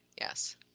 Yes